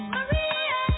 Maria